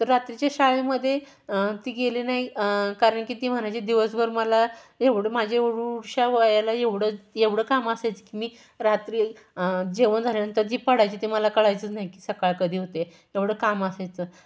तर रात्रीच्या शाळेमध्ये ती गेली नाही कारण की ती म्हणायची दिवसभर मला एवढं माझ्या वयाला एवढं एवढं काम असायचं की मी रात्री जेवण झाल्यानंतर जी पडायची ती मला कळायचं नाही की सकाळ कधी होते एवढं काम असायचं